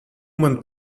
month